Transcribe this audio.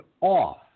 off